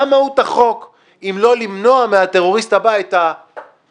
מה מהות החוק אם לא למנוע מהטרוריסט הבא את העניין